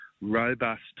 robust